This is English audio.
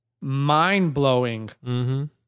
mind-blowing